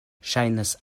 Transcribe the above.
ŝajnas